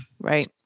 Right